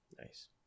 nice